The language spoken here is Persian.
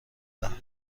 دهم